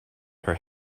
her